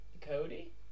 Cody